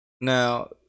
Now